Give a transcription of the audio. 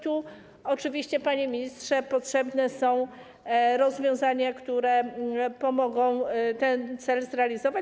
Tu oczywiście, panie ministrze, potrzebne są rozwiązania, które pomogą ten cel zrealizować.